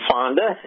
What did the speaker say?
Fonda